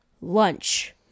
lunch